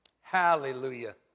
Hallelujah